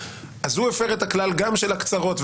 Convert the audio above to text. אז הוא הפר את הכלל גם של הקצרות,